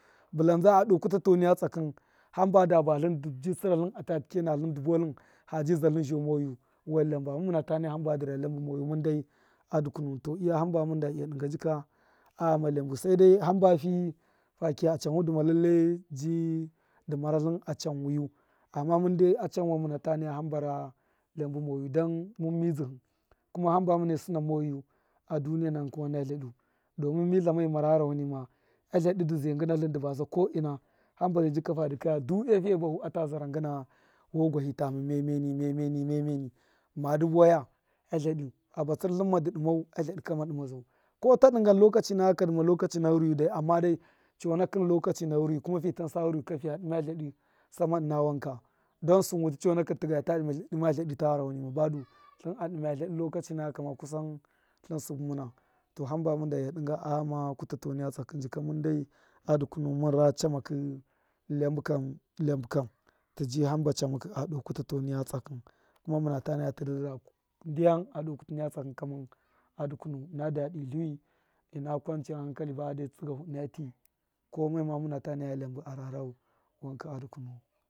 Bulan zda a doo kutato niya tsakṫn hamba da baltṫn dṫ bi tsira ltṫna ta tike na ltṫn du buwaltṫn ha ji zaltṫn zho moyu wan iyaba mun muna ta naya hamba dṫ ra iyabṫ moyu mundai a dukunuwun, to, iya hṫmba mun da iya dṫnga jika a ghama iyambṫ, saidai hamba fi fa kiya chanfu duma lallai ji dṫ mara ltṫn a chanwṫyu amma mṫndai a chanwan muna ta naya hamba ra lyabṫ moyu, dan mṫn mizdṫhi kuma hamba muna sṫna moyu a duniya takṫnkṫn wana itadu, domin mi itama mi mara gharahau nima a ltadi dṫ zai ngina ltṫn, dṫ baza ko ṫna, hamba zai ji ka fa dṫkaya ata zara ngṫna vuwa gwahi tama miya miyeni, miya miyeni, madṫ buwaya altadṫ, aba tsṫrltṫn ma dṫ dṫmau a lyadṫ ka ma dṫma zau, ko ta dṫngan lokachi nakaka dṫma lokachi na ghṫruṫyu dai ama chanakṫn lokachi na ghṫrwi kuma fi tansa ghṫrwi ka fiya dṫma ltadṫ sama ṫna wanka don sṫn wutṫ chonakṫn ti ga ta dṫma ltadṫ ta gharaho nima badu ltṫn a dṫma ltadṫ lokachi nakaka ma kusan ltṫn sṫbṫ muna, to, hṫmba mun da iya dṫnga a ghama kutatau niya tsakṫn jika mun dai a duku nuwun mun ra chamakṫ iyabṫ kam iyabṫ kam tṫ ji hamba chamakṫ a do kutato niya chakṫn, kuma muna ta naya nduym tṫ dṫ ra kutatau niya tsakṫ, ṫna dadi ltṫwṫ ṫna kwanchiyan hankali da fade tsṫgafu, ṫna ti komai ma muna ta naya iyabṫ a rane wanka a dukunuwun.